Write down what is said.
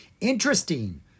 interesting